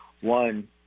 one